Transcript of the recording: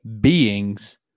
beings